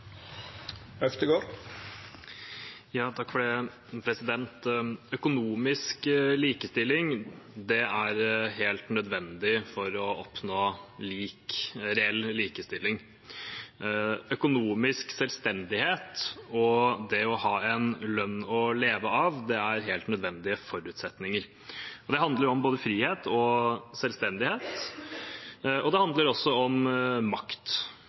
Økonomisk likestilling er helt nødvendig for å oppnå reell likestilling. Økonomisk selvstendighet og det å ha en lønn å leve av er helt nødvendige forutsetninger. Det handler om både frihet og selvstendighet, og det handler også om makt.